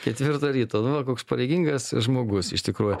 ketvirtą ryto nu va koks pareigingas žmogus iš tikrųjų